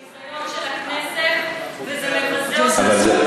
אני חושבת שזה ביזיון של הכנסת וזה מבזה אותה.